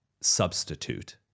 substitute